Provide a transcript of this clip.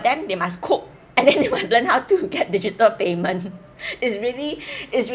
them they must cook and then they must learn how to get digital payment it's really it's really